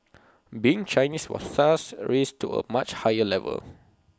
being Chinese was thus raised to A much higher level